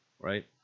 right